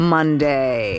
Monday